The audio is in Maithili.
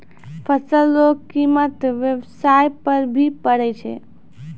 फसल रो कीमत व्याबसाय पर भी पड़ै छै